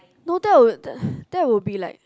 no that would that would be like